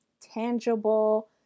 Tangible